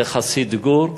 זה חסיד גור,